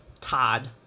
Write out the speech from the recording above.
Todd